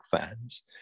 fans